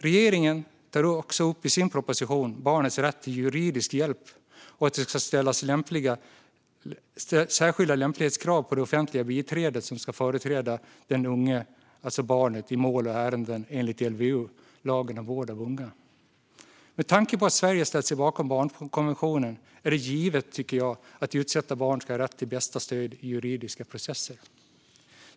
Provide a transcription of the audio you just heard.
Regeringen tar i sin proposition också upp barnets rätt till juridisk hjälp och att det ska ställas särskilda lämplighetskrav på det offentliga biträde som ska företräda den unge, alltså barnet, i mål och ärenden enligt LVU, lagen om vård av unga. Med tanke på att Sverige ställt sig bakom barnkonventionen tycker jag att det är givet att utsatta barn ska ha rätt till bästa stöd i juridiska processer.